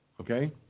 Okay